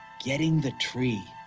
getting the tree!